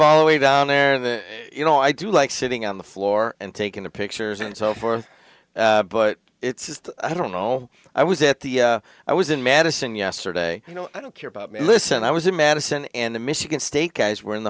all the way down there and you know i do like sitting on the floor and taking the pictures and so forth but it's just i don't know i was at the i was in madison yesterday you know i don't care about me listen i was in madison and the michigan state guys were in the